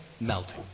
Melting